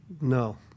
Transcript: No